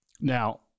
Now